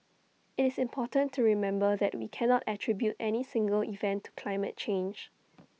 IT is important to remember that we cannot attribute any single event to climate change